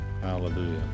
Hallelujah